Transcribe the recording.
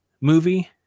movie